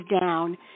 down